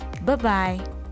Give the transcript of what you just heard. Bye-bye